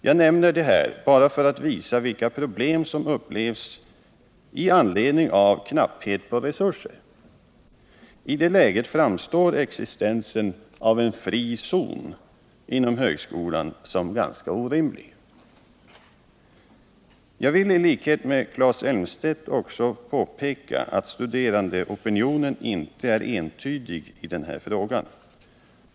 Jag nämner detta bara för att visa vilka problem man upplever med anledning av knapphet på resurser. I det läget framstår existensen av en ”Tfri zon” inom högskolan som ganska orimlig. Jag vill i likhet med Claes Elmstedt också påpeka att studerandeopinionen inte är entydig i denna fråga.